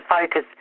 focus